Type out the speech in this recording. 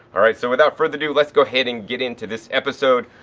alright, so without further ado, let's go ahead and get into this episode.